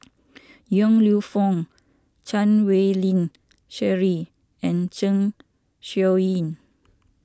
Yong Lew Foong Chan Wei Ling Cheryl and Zeng Shouyin